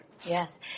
Yes